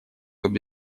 обе